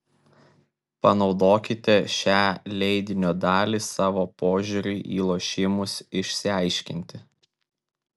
panaudokite šią leidinio dalį savo požiūriui į lošimus išsiaiškinti